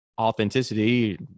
authenticity